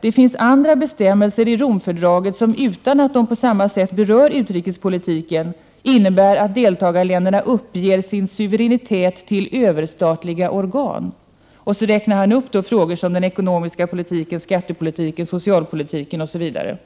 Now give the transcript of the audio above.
”Det finns andra bestämmelser i Rom-fördraget som utan att det på samma sätt berör utrikespolitiken, innebär att deltagarländerna uppger sin suveränitet till överstatliga organ. ——- Det gäller sådana frågor som den ekonomiska politiken, skattepolitiken, socialpolitiken ——— etc.”.